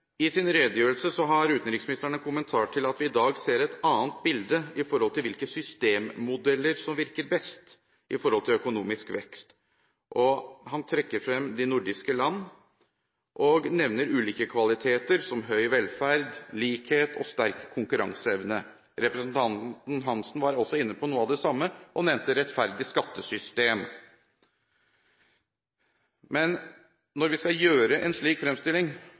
I sin redegjørelse har utenriksministeren en kommentar til at vi i dag ser et annet bilde av hvilke systemmodeller som virker best i forhold til økonomisk vekst. Han trekker frem de nordiske land og nevner ulike kvaliteter som høy velferd, likhet og sterk konkurranseevne. Representanten Hansen var også inne på noe av det samme og nevnte rettferdig skattesystem. Når vi skal gjøre en slik fremstilling,